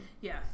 Yes